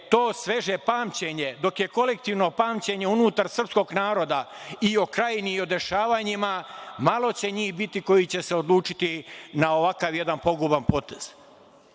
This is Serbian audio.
to sveže pamćenje, dok je kolektivno pamćenje unutar srpskog naroda i o Krajini i o dešavanjima, malo je njih koji će se odlučiti na ovakav jedan poguban potez,